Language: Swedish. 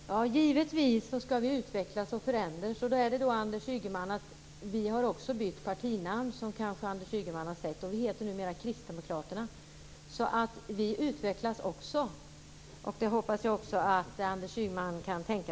Fru talman! Givetvis skall vi utvecklas och förändras. Som kanske Anders Ygeman har sett har vi bytt partinamn. Vi heter numera Kristdemokraterna. Vi utvecklas också, och det hoppas jag att också Anders Ygeman kan göra.